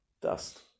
Dust